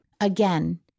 Again